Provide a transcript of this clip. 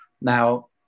Now